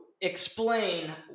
explain